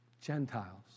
Gentiles